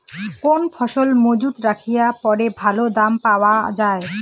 কোন ফসল মুজুত রাখিয়া পরে ভালো দাম পাওয়া যায়?